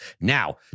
Now